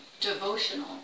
devotional